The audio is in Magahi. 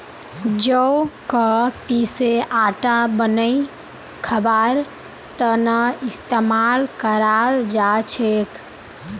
जौ क पीसे आटा बनई खबार त न इस्तमाल कराल जा छेक